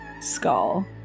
skull